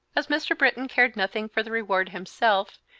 as mr. britton cared nothing for the reward himself,